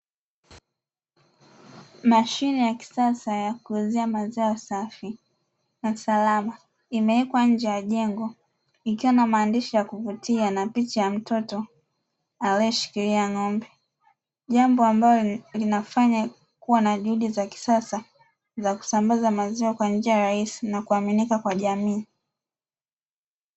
Mashine ya kisasa ya kuuzia maziwa safi na salama imewekwa nje ya jengo, ikiwa na maandishi ya kuvutia na picha ya mtoto aliyeshikilia ng'ombe, jambo ambalo linafanya kuwa na juhudi za kisasa za kusambaza maziwa kwa njia ya rais na kuaminika kwa jamii.